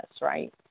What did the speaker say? right